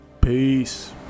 peace